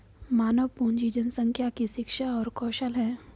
मानव पूंजी जनसंख्या की शिक्षा और कौशल है